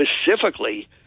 specifically